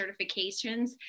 certifications